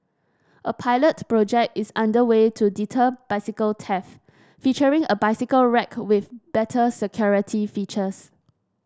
a pilot project is under way to deter bicycle theft featuring a bicycle rack with better security features